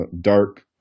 dark